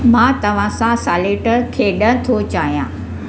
मां तव्हां सां सॉलिटर खेॾण थो चाहियां